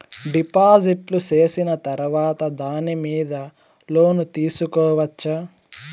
డిపాజిట్లు సేసిన తర్వాత దాని మీద లోను తీసుకోవచ్చా?